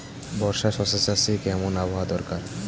বর্ষার শশা চাষে কেমন আবহাওয়া দরকার?